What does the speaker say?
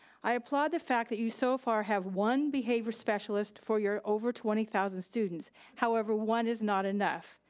i applaud the fact that you so far have one behavior specialist for your over twenty thousand students. however, one is not enough.